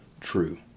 true